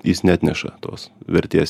jis neatneša tos vertės